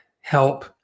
help